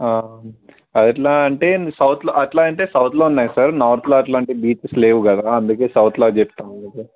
అది ఎట్లా అంటే సౌత్లో అట్లా అంటే సౌత్లో ఉన్నాయి సార్ నార్త్లో అట్లాంటి బీచెస్ లేవు కదా అందుకే సౌత్లో చెప్తూ ఉన్నాను సార్